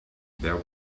there